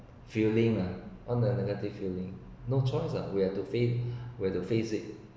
feeling all the negative feeling no choice we have to face we have to face it